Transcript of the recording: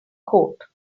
coat